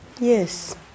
Yes